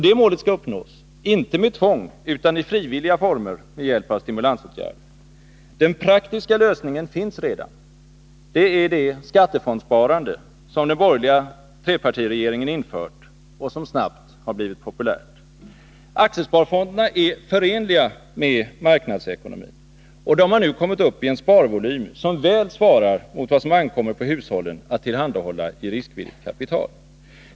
Det målet skall uppnås inte med tvång utan i frivilliga former med hjälp av stimulansåtgärder. Den praktiska lösningen finns redan. Det är det skattefondsparande som den borgerliga trepartiregeringen införde och som snabbt har blivit populärt. Aktiesparfonderna är förenliga med marknadsekonomin, och de har nu kommit upp i en sparvolym som väl svarar mot vad som ankommer på hushållen att tillhandahålla i riskvilligt kapital.